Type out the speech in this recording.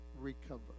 recover